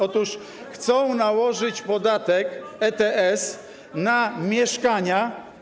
Otóż chce nałożyć podatek ETS na mieszkania.